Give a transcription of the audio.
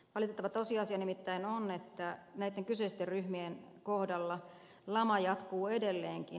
valitettava tosiasia nimittäin on että näitten kyseisten ryhmien kohdalla lama jatkuu edelleenkin